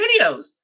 videos